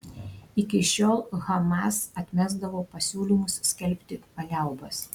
iki šiol hamas atmesdavo pasiūlymus skelbti paliaubas